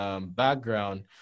background